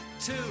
two